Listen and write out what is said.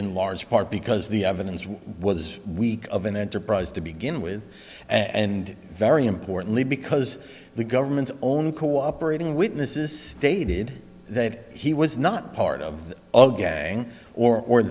in large part because the evidence was weak of an enterprise to begin with and very importantly because the government's own cooperating witnesses stated that he was not part of the all gang or or